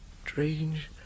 strange